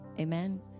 amen